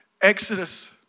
Exodus